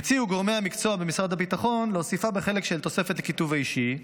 הציעו גורמי המקצוע במשרד הביטחון להוסיפה בחלק של התוספת לכיתוב האישי,